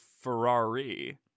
Ferrari